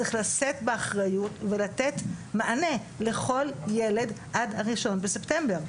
צריך לשאת באחריות ולתת מענה לכל ילד עד ה-1 בספטמבר.